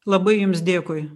labai jums dėkui